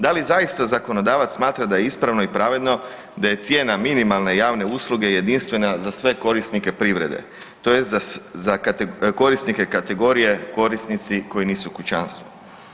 Da li zaista zakonodavac smatra da je ispravno i pravedno da je cijena minimalne i javne usluge jedinstvena za sve korisnike privrede, tj. za korisnike kategorije korisnici koji nisu kućanstvo.